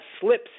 slips